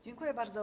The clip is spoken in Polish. Dziękuję bardzo.